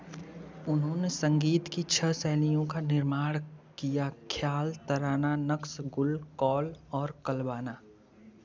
उन्होंने संगीत की छः शैलियों का निर्माण किया ख्याल तराना नक्श गुल कौल और कलबाना